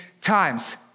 times